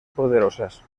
poderosas